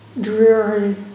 dreary